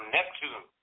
Neptune